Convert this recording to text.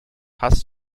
hast